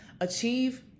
achieve